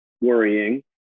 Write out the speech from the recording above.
worrying